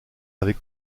avec